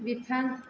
बिफां